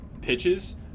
pitches